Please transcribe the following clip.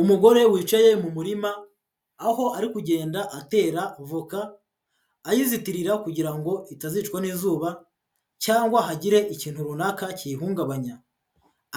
Umugore wicaye mu murima, aho ari kugenda atera voka, ayizitirira kugira ngo itazicwa n'izuba cyangwa hagire ikintu runaka kiyihungabanya.